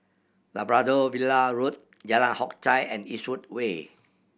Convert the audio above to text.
Labrador Villa Road Jalan Hock Chye and Eastwood Way